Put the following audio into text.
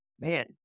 Man